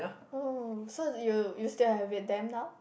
oh so you you still have with them now